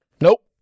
nope